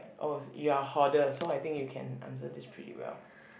oh you're hoarder so I think you can answer this pretty well